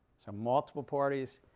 so multiple parties